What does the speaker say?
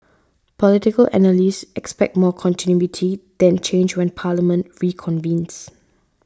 political analysts expect more continuity than change when Parliament reconvenes